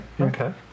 okay